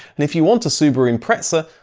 and if you want a subaru impreza,